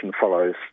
follows